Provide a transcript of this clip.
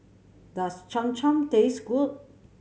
does Cham Cham taste good